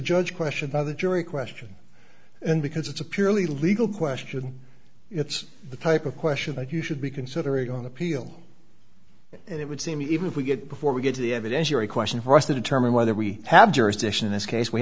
judge question by the jury question and because it's a purely legal question it's the type of question that you should be considering on appeal and it would seem even if we get before we get to the evidentiary question for us to determine whether we have jurisdiction in this case we